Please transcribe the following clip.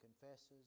confesses